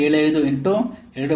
75 into 2